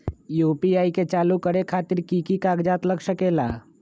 UPI के चालु करे खातीर कि की कागज़ात लग सकेला?